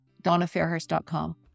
DonnaFairhurst.com